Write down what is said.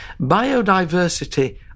Biodiversity